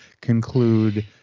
conclude